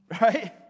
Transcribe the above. Right